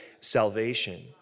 salvation